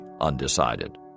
undecided